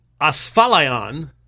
asphalion